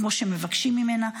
כמו שמבקשים ממנה.